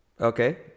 Okay